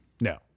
No